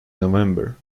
november